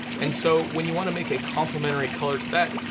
and so when you wanna make a complimentary color to that,